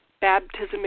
baptism